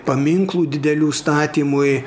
paminklų didelių statymui